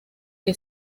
que